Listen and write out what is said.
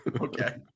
Okay